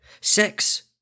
sex